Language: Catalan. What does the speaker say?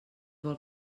vol